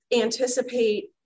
anticipate